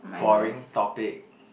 boring topic